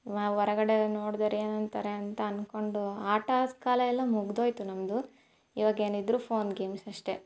ನಾವು ಹೊರಗಡೆ ನೋಡ್ದೋರು ಏನು ಅಂತಾರೆ ಅಂತ ಅನ್ಕೊಂಡು ಆಟದ ಕಾಲ ಎಲ್ಲ ಮುಗಿದೋಯ್ತು ನಮ್ಮದು ಇವಾಗ ಏನಿದ್ದರೂ ಫೋನ್ ಗೇಮ್ಸ್ ಅಷ್ಟೇ